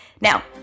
Now